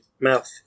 mouth